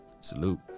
salute